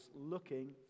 looking